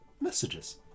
messages